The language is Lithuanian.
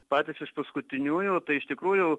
patys iš paskutiniųjų tai iš tikrųjų